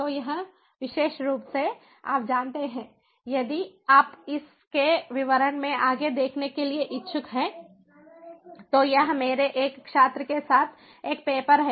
तो यह विशेष रूप से आप जानते हैं यदि आप इस के विवरण में आगे देखने के लिए इच्छुक हैं तो यह मेरे एक छात्र के साथ एक पेपर है